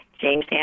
James